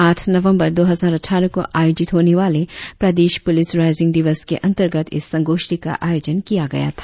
आठ नवम्बर दो हजार अठारह को आयोजित होने वोले प्रदेश पुलिस राईजिंग दिवस के अंतर्गत इस संगोष्ठी का आयोजन किया गया था